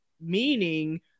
Meaning